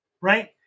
right